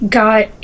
got